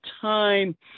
time